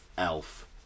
Elf